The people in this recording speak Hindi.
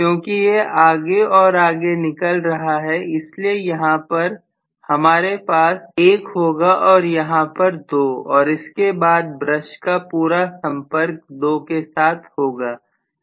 क्योंकि यह आगे और आगे निकल रहा है इसलिए यहां पर हमारे पास 1 होगा और यहां पर 2 और इसके बाद ब्रश का पूरा संपर्क 2 के साथ होगा